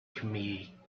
committee